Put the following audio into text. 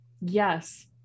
Yes